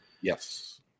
Yes